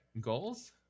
Goals